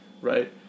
Right